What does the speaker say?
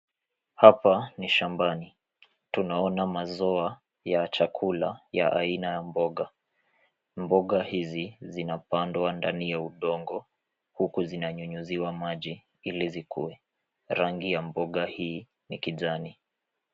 Hapa ni shambani. Tunaona mazoa ya chakula ya aina ya mboga. Mboga hizi zinapandwa ndani ya udongo, huku zinanyunyiziwa maji ili zikue. Rangi ya mboga hii ni kijani.